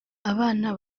abana